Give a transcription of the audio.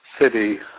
city